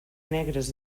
negres